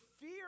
fear